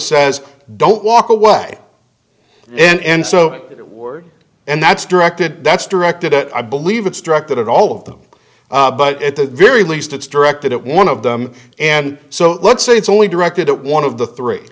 says don't walk away and so and that's directed that's directed at i believe it's directed at all of them but at the very least it's directed at one of them and so let's say it's only directed at one of the three